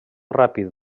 ràpid